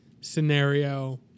scenario